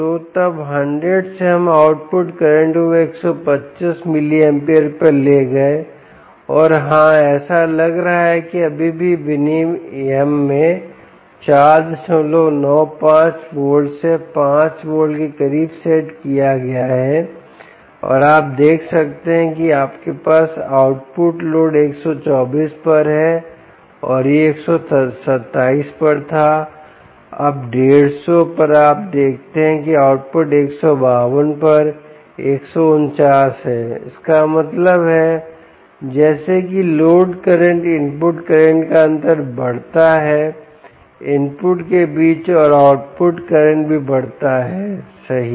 तो तब 100 से हम आउटपुट करंट को 125 मिलिअमपेरे पर ले गए और हाँ ऐसा लग रहा है कि अभी भी विनियमन में 495 वोल्ट से 5 वोल्ट के करीब सेट किया गया है और आप देख सकते हैं कि आपके पास आउटपुट लोड 124 पर है और यह 127 पर था अब 150 पर आप देखते हैं कि यह आउटपुट 152 पर 149 है इसका मतलब है जैसा कि लोड करंट इनपुट करंट का अंतर बढ़ाता है इनपुट के बीच और आउटपुट करंट भी बढ़ता है सही